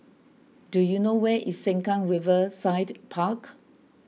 do you know where is Sengkang Riverside Park